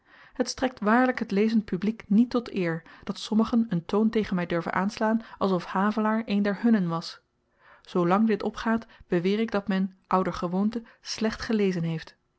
het strekt waarlyk t lezend publiek niet tot eer dat sommigen een toon tegen my durven aanslaan alsof havelaar een der hunnen was zoolang dit opgaat beweer ik dat men ouder gewoonte slecht gelezen heeft